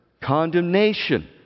condemnation